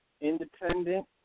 independent